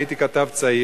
הייתי כתב צעיר,